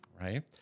right